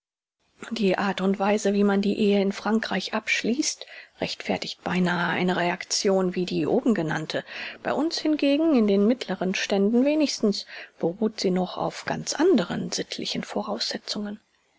die art und weise wie man die ehe in frankreich abschließt rechtfertigt beinahe eine reaction wie die obengenannte bei uns hingegen in den mittleren ständen wenigstens beruht sie noch auf ganz anderen sittlichen voraussetzungen